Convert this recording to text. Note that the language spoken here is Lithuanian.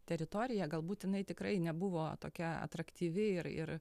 teritorija galbūt jinai tikrai nebuvo tokia atraktyvi ir ir